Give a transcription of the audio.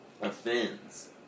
offends